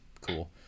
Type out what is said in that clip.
cool